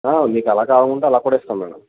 మీకు అలా కావాలనుకుంటే అలా కూడా ఇస్తాం